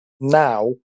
now